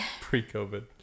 pre-covid